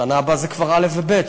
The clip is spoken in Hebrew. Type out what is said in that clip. בשנה הבאה זה כבר א' וב',